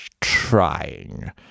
trying